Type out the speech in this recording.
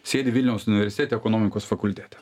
sėdi vilniaus universitete ekonomikos fakultete